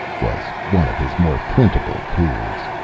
was one of his more printable queries.